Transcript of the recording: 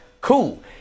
cool